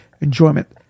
enjoyment